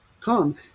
come